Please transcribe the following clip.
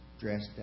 dressed